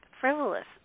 frivolous